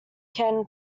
can